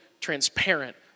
transparent